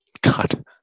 God